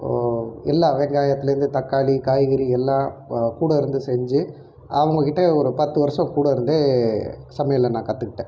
எல்லாம் வெங்காயத்துலேருந்து தக்காளி காய்கறி எல்லாம் கூட இருந்து செஞ்சு அவங்க கிட்ட ஒரு பத்து வருஷம் கூட இருந்து சமையலை நான் கற்றுக்கிட்டேன்